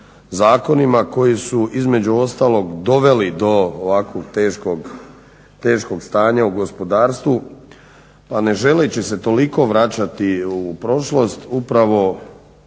zakonima koji su između ostalog doveli do ovakvog teškog stanja u gospodarstvu, a ne želeći se toliko vraćati u prošlost upravo